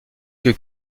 que